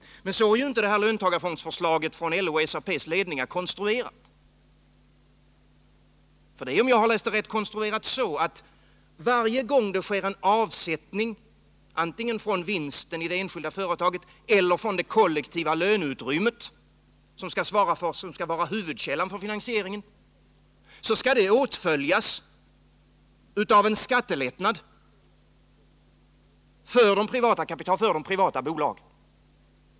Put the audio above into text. Men så är inte detta löntagarfondsförslag från LO:s och SAP:s ledningar konstruerat. Det är — om jag har läst det rätt — konstruerat så, att varje gång det sker en avsättning, antingen från vinsten i det enskilda företaget eller från det kollektiva löneutrymmet, som skall vara huvudkällan för finansieringen, skall detta åtföljas av en skattelättnad för de privata bolagen.